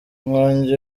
inkongi